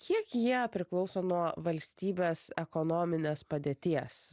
kiek jie priklauso nuo valstybės ekonominės padėties